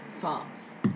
farms